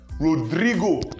Rodrigo